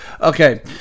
Okay